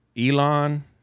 Elon